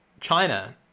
China